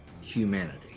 humanity